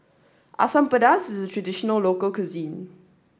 Asam Pedas is a traditional local cuisine